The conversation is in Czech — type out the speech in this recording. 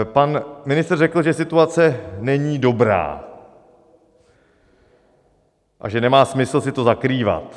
Pan ministr řekl, že situace není dobrá a že nemá smysl si to zakrývat.